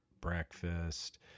breakfast